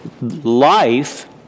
life